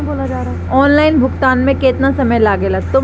Online भुगतान में केतना समय लागेला?